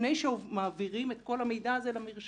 שלפני שמעבירים את כל המידע הזה למרשם